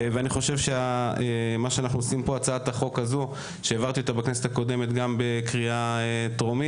אני חושב שהצעת החוק הזאת שהעברתי אותה גם בכנסת הקודמת בקריאה טרומית